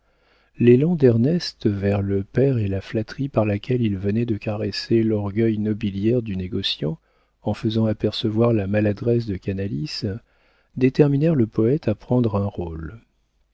fatuité l'élan d'ernest vers le père et la flatterie par laquelle il venait de caresser l'orgueil nobiliaire du négociant en faisant apercevoir la maladresse de canalis déterminèrent le poëte à prendre un rôle